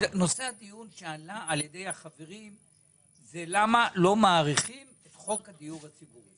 נושא הדיון שעלה על ידי החברים זה למה לא מאריכים את חוק הדיור הציבורי.